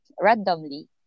randomly